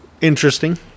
interesting